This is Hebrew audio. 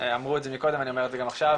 ואמרו את זה מקודם אני אומר את זה גם עכשיו,